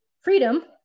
freedom